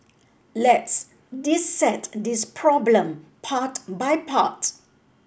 let's dissect this problem part by part